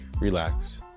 relax